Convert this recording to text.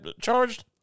charged